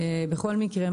בכל מקרה,